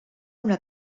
una